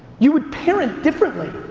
you would parent differently.